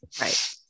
Right